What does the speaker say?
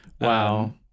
Wow